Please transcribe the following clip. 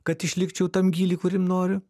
kad išlikčiau tam gyly kuriam noriu